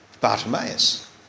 Bartimaeus